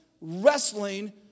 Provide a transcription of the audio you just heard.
wrestling